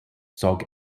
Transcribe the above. zog